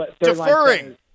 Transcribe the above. Deferring